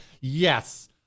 Yes